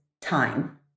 time